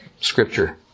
scripture